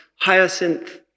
hyacinth